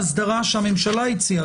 בעקרונות האסדרה שהממשלה הציעה,